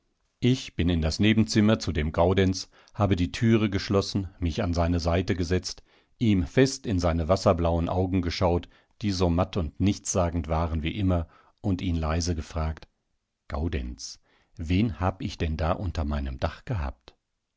ich bin in das nebenzimmer zu dem gaudenz habe die türe geschlossen mich an seine seite gesetzt ihm fest in seine wasserblauen augen geschaut die so matt und nichtssagend waren wie immer und ihn leise gefragt gaudenz wen hab ich denn da unter meinem dach gehabt